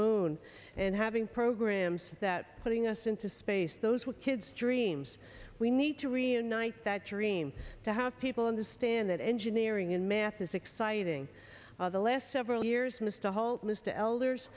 moon and having programs that putting us into space those were kids dreams we need to reunite that dream to have people understand that engineering and math is exciting the last several years missed a whole list of elders